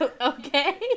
okay